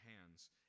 hands